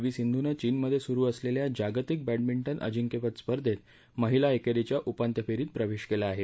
V सिंधुनं चीनमधस्त्रिरु असलख्या जागतिक बड्डमिंटन अजिंक्यपद स्पर्धेत महिला एक्रीच्या उपांत्य फ्रीत प्रवर्धीक्वी आह